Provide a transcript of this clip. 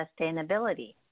sustainability